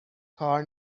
کار